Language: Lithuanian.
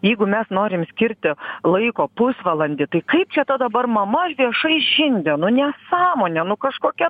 jeigu mes norim skirti laiko pusvalandį tai kaip čia ta dabar mama viešai žindė nu nesąmonė nu kažkokia